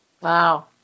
Wow